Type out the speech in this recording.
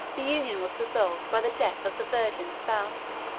the union was dissolved by the death of the virgin spouse.